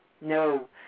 No